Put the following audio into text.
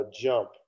jump